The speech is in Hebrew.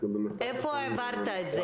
אנחנו במשא ומתן --- לאיפה העברת את זה?